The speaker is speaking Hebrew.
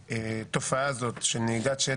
הלשכה המשפטית להעביר את זה לוועדת הכלכלה.